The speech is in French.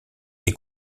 est